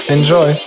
Enjoy